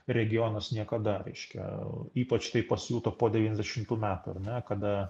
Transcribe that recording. regionas niekada reiškia ypač tai pasijuto po devyniasdešimtų metų ar ne kada